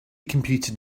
computed